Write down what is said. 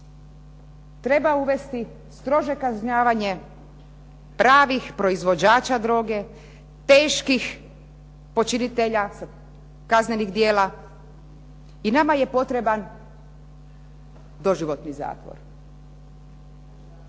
treba uvesti strože kažnjavanje pravih proizvođača droge, teških počinitelja kaznenih djela. I nama je potreban doživotni zatvor.